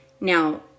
Now